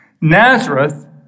Nazareth